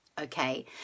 okay